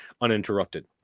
uninterrupted